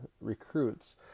recruits